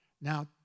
Now